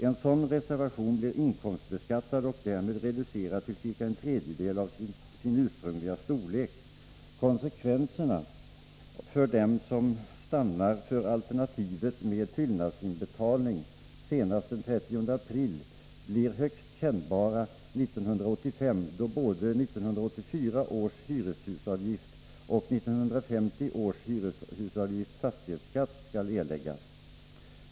En sådan reservation blir inkomstbeskattad och därmed reducerad till ca en tredjedel av sin ursprungliga storlek. Konsekvenserna för dem som stannar för alternativet med fyllnadsinbetalning senast den 30 april blir högst kännbara 1985, då både 1984 års hyreshusavgift och 1985 års hyreshusavgift/fastighetsskatt skall erläggas.